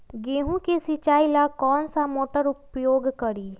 गेंहू के सिंचाई ला कौन मोटर उपयोग करी?